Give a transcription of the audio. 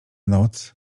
noc